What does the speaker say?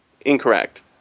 incorrect